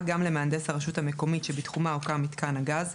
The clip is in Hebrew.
גם למהנדס הרשות המקומית שבתחומה הוקם מיתקן הגז,